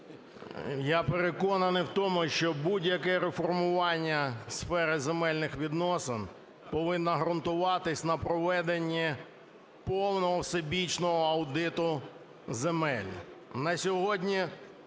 Я переконаний в тому, що будь-яке реформування сфери земельних відносин повинно ґрунтуватися на проведенні повного всебічного аудиту земель.